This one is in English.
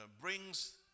brings